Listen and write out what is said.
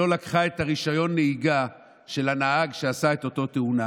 שלא לקחה את רישיון הנהיגה של הנהג שעשה את אותה תאונה